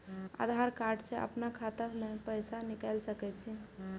आधार कार्ड से अपनो खाता से पैसा निकाल सके छी?